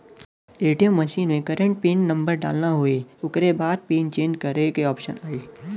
ATM machine में current pin number डालना होई ओकरे बाद पिन चेंज करे क ऑप्शन आई